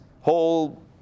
whole